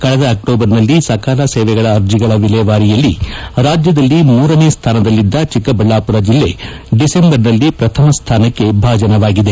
ಕಳೆದ ಅಕ್ಟೋಬರ್ನಲ್ಲಿ ಸಕಾಲ ಸೇವೆಗಳ ಅರ್ಜಿಗಳ ವಿಲೇವಾರಿಯಲ್ಲಿ ರಾಜ್ಯದಲ್ಲಿ ಮೂರನೇ ಸ್ವಾನದಲ್ಲಿದ್ದ ಚಿಕ್ಕಬಳ್ಳಾಪುರ ಜಿಲ್ಲೆ ದಿಸೆಂಬರ್ನಲ್ಲಿ ಪ್ರಥಮ ಸ್ಥಾನಕ್ಕೆ ಭಾಜನವಾಗಿದೆ